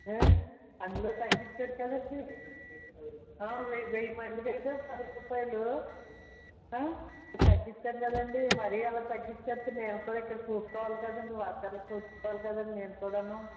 అందులో తగ్గించాను కదండీ వెయ్యి వెయ్యి మందికి అయితే పది రూపాయలు తగ్గించాం కదండీ మరీ అలా తగ్గించేస్తే నేను కూడా ఇక్కడ చూసుకోవాలి కదండి వర్షాలకి చూసుకోవాలి కదండీ నేను కూడాను